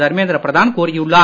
தர்மேந்திர பிரதான் கூறியுள்ளார்